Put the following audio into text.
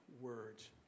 Words